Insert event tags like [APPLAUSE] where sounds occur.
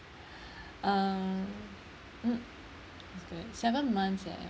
[BREATH] um mm seven months eh